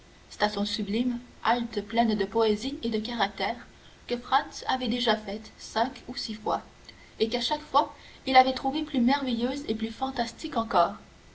station sublime halte pleine de poésie et de caractère que franz avait déjà faite cinq ou six fois et qu'à chaque fois il avait trouvée plus merveilleuse et plus fantastique encore